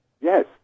Yes